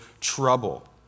trouble